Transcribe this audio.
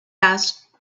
asked